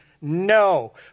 no